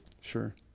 sure